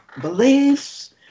beliefs